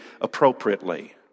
appropriately